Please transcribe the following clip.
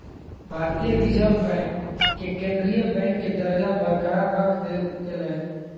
भारतीय Reserve Bank के केंद्रीय बैंक के दर्जा बरकरार रख देल गेलय